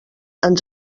ens